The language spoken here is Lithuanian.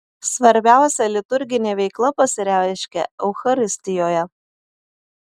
svarbiausia liturginė veikla pasireiškia eucharistijoje